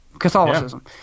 catholicism